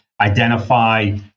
identify